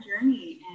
journey